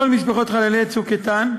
לכל משפחות חללי "צוק איתן"